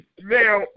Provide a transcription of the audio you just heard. Now